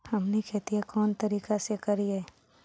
हमनी खेतीया कोन तरीका से करीय?